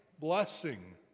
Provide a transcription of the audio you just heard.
blessing